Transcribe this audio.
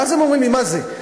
ואז הם אומרים לי: מה זה,